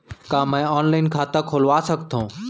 का मैं ऑनलाइन खाता खोलवा सकथव?